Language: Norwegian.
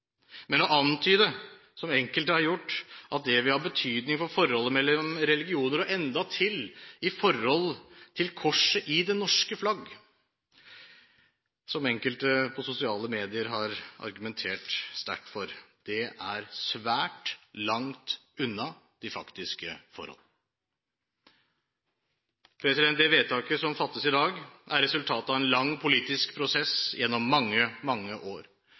Men å antyde, som enkelte har gjort, at det vil ha betydning for forholdet mellom religioner og endatil for korset i det norske flagg – som enkelte på sosiale medier har argumentert sterkt for – er svært langt unna de faktiske forhold. Det vedtaket som fattes i dag, er resultatet av en lang politisk prosess gjennom mange, mange år.